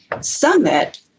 summit